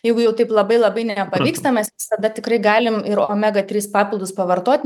jeigu jau taip labai labai nepavyksta mes visada tikrai galim ir omega trys papildus pavartot